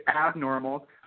abnormal